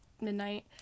midnight